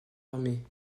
armée